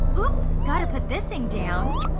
oop, gotta put this thing down.